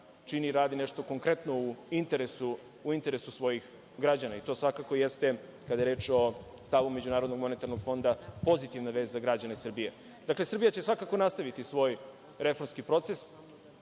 čini i radi nešto konkretno u interesu svojih građana i to svakako jeste, kada je reč o stavu MMF-a, pozitivna vest za građane Srbije. Dakle, Srbija će svakako nastaviti svoj reformski proces,